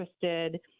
interested